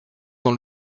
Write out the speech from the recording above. dans